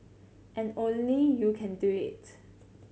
and only you can do it